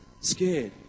scared